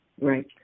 Right